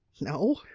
No